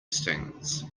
stings